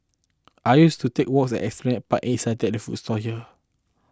I used to take walks at Esplanade Park and eat satay at food stall here